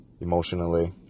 emotionally